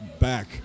back